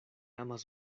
amas